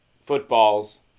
footballs